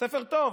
ספר טוב.